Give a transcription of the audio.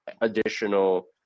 additional